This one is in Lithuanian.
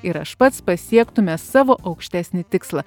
ir aš pats pasiektume savo aukštesnį tikslą